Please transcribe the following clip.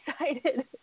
excited